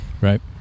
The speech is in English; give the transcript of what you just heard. Right